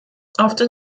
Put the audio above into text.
after